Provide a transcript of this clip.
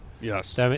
Yes